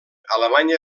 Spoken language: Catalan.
alemanya